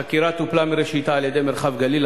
החקירה טופלה מראשיתה על-ידי מרחב גליל,